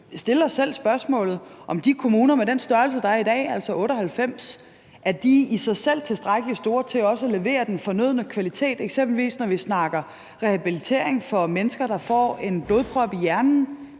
stille os selv spørgsmålet, om de kommuner med det antal, der er i dag – altså 98 – i sig selv er tilstrækkelig store til også at levere den fornødne kvalitet, eksempelvis når vi snakker rehabilitering for mennesker, der får en blodprop i hjernen.